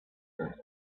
earth